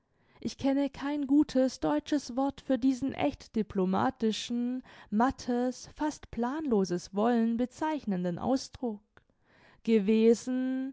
ich kenne kein gutes deutsches wort für diesen ächt diplomatischen mattes fast planloses wollen bezeichnenden ausdruck gewesen